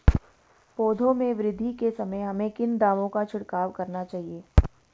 पौधों में वृद्धि के समय हमें किन दावों का छिड़काव करना चाहिए?